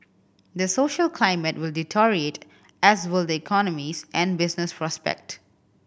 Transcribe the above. the social climate will deteriorate as will the economies and business prospect